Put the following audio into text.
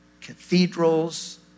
cathedrals